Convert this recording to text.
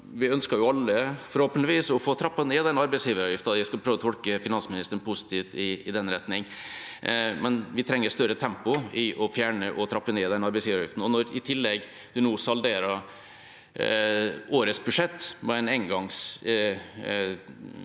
vi jo alle, forhåpentligvis, å få trappet ned denne arbeidsgiveravgiften. Jeg skal prøve å tolke finansministeren positivt i den retning. Men vi trenger større tempo i å fjerne og trappe ned denne arbeidsgiveravgiften, og når en nå i tillegg salderer årets budsjett med en